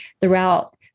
throughout